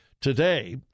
today